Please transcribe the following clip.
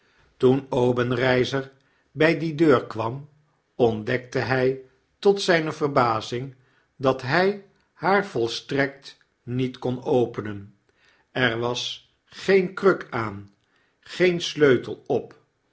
toen obenreizer bij die deur kwam ontdekte bij tot zijne verbazing dat hij haar volstrekt niet kon openen er was geen kruk aan geen sleutel op